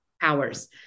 powers